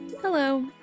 Hello